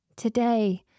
Today